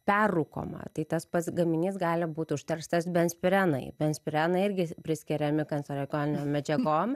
perrūkoma tai tas pats gaminys gali būt užterštas benzpirenai benzpirenai irgi priskiriami kanceregoninėm medžiagom